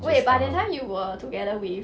wait but that time you were together with